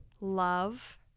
love